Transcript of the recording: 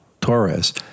torres